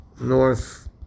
north